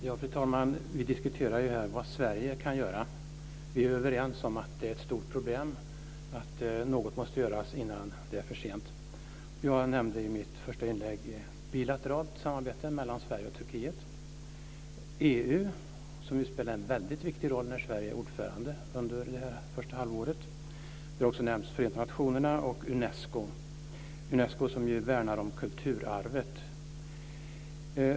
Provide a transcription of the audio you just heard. Fru talman! Vi diskuterar här vad Sverige kan göra. Vi är överens om att det är ett stort problem och om att något måste göras innan det är för sent. Jag nämnde i mitt första inlägg bilateralt samarbete mellan Sverige och Turkiet. EU spelar ju en väldigt viktig roll, och där är Sverige ordförande under detta halvår. Det har också nämnts Förenta nationerna och Unesco, som ju värnar om kulturarvet.